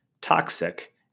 toxic